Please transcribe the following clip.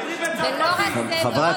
ולא רק זה, חבל, אלמוג, ייקח לי עוד זמן.